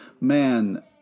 man